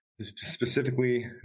Specifically